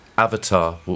avatar